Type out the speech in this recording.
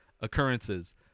occurrences